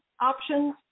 options